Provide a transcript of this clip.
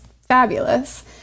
fabulous